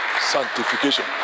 Sanctification